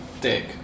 dick